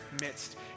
midst